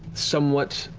somewhat